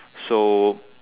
so